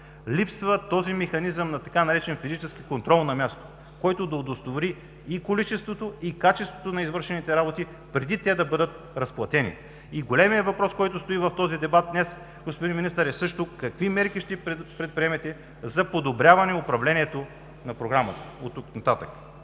Липсва механизмът на физическия контрол на място, който да удостовери количеството и качеството на извършените работи, преди те да бъдат разплатени. И големият въпрос, който стои в дебата днес, господин Министър, е: какви мерки ще предприемете за подобряване управлението на Програмата от тук нататък?